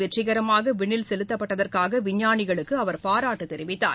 வெற்றிகரமாக விண்ணில் செலுத்தப்பட்டதற்காக விஞ்ஞாளிகளுக்கு அவர் பாராட்டு இத தெரிவித்தார்